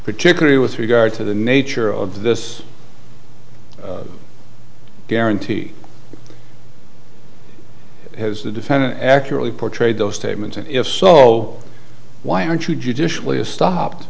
particularly with regard to the nature of this guarantee has the defendant accurately portrayed those statements and if so why aren't you judicially is stopped